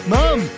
Mom